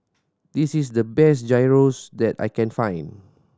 this is the best Gyros that I can find